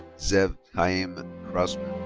zev chaim krausman.